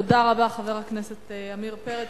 תודה רבה, חבר הכנסת עמיר פרץ.